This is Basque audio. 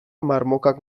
marmokak